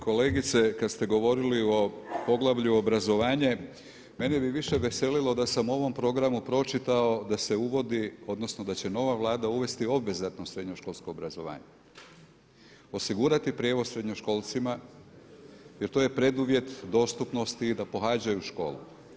Kolegice, kada ste govorili o poglavlju obrazovanje, mene bi više veselilo da sam u ovom programu pročitao da se uvodi odnosno da će nova Vlada uvesti obvezatno srednjoškolsko obrazovanje, osigurati prijevoz srednjoškolcima jer to je preduvjet dostupnosti i da pohađaju školu.